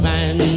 Man